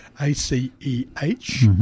A-C-E-H